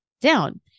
down